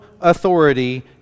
authority